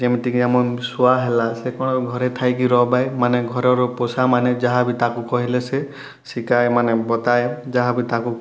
ଯେମିତି କି ଆମ ଶୁଆ ହେଲା ସେ କ'ଣ ଘରେ ଥାଇକି ରବାଏ ମାନେ ଘରର ପୋଷା ମାନେ ଯାହାବି ତାକୁ କହିଲେ ସେ ଶିକାଏ ମାନେ ବତାଏ ଯାହାବି ତାକୁ